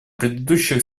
предыдущих